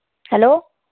hello